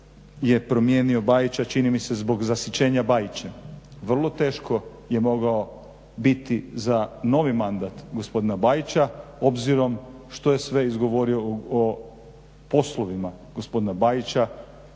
je promijenio Bajića čini mi se zbog zasićenja Bajića. Vrlo teško je mogao biti za novi mandat gospodina Bajića obzirom što je sve izgovorio o poslovima gospodina Bajića